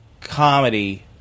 comedy